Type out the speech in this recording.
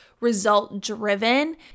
result-driven